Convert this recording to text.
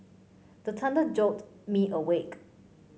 the thunder jolt me awake